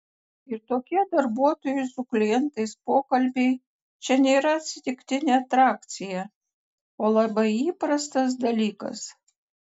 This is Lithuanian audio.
ir tokie darbuotojų su klientais pokalbiai čia nėra atsitiktinė atrakcija o labai įprastas dalykas